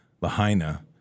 Lahaina